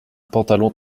pantalon